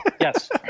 yes